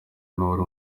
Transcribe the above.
n’uwari